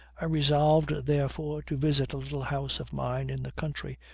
i resolved therefore to visit a little house of mine in the country,